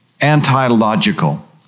anti-logical